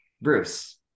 Bruce